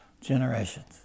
generations